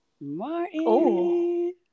Martin